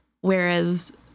whereas